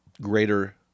greater